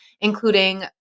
including